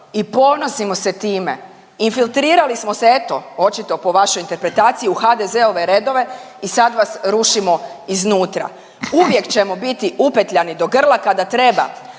i ponosimo se time. Infiltrirali smo se eto, očito po vašoj interpretaciji u HDZ-ove redove i sad vas rušimo iznutra. Uvijek ćemo biti upetljani do grla kada treba